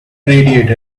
radiator